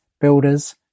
builders